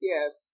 Yes